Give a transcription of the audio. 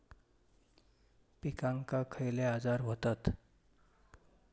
पिकांक खयले आजार व्हतत?